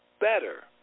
better